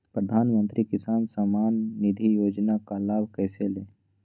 प्रधानमंत्री किसान समान निधि योजना का लाभ कैसे ले?